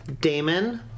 Damon